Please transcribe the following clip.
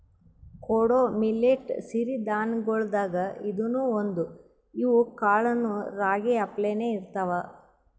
ಕೊಡೊ ಮಿಲ್ಲೆಟ್ ಸಿರಿ ಧಾನ್ಯಗೊಳ್ದಾಗ್ ಇದೂನು ಒಂದು, ಇವ್ ಕಾಳನೂ ರಾಗಿ ಅಪ್ಲೇನೇ ಇರ್ತಾವ